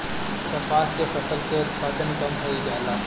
कपास के फसल के उत्पादन कम होइ जाला?